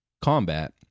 combat